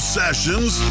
sessions